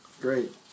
Great